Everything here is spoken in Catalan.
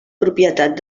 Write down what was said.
propietat